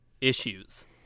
issues